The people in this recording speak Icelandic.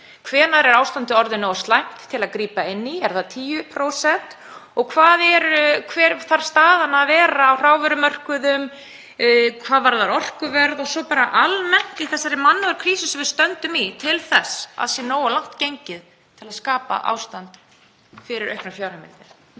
Hvenær er ástandið orðið nógu slæmt til að grípa inn í? Er það 10%? Hver þarf staðan að vera á hrávörumörkuðum hvað varðar orkuverð og svo bara almennt í þessari mannúðarkrísu sem við stöndum í til þess að það sé nógu langt gengið til að skapa ástand fyrir auknar fjárheimildir?